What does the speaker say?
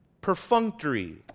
perfunctory